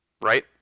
right